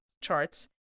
charts